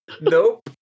Nope